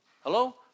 Hello